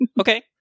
Okay